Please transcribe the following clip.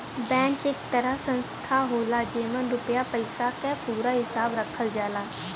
bank एक तरह संस्था होला जेमन रुपया पइसा क पूरा हिसाब रखल जाला